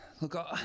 look